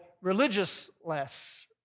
Religious-less